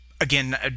again